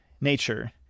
nature